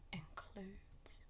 includes